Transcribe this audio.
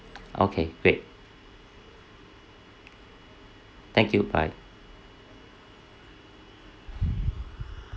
okay great thank you bye